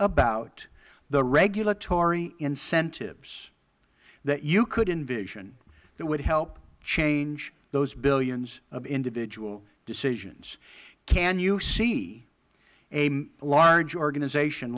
about the regulatory incentives that you could envision that would help change those billions of individual decisions can you see a large organization